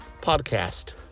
podcast